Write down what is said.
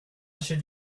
should